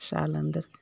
साल अंदर